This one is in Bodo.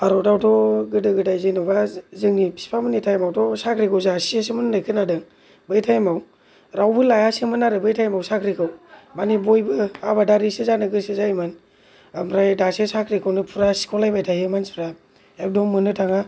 भारतआवथ' गोदो गोदाय जेन'बा जोंनि बिफामोननि थाइमावथ' साख्रिखौ जासियोसोमोन होन्नाय खोनादों बै थाइमआव रावबो लायासोमोन आरो बै थाइमाव साख्रिखौ मानि बयबो आबादारिसो जानो गोसो जायोमोन ओमफ्राय दासो साख्रिखौनो फुरा सिख'लायबाय थायो मानसिफ्रा एकदम मोननो थाङा